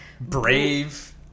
brave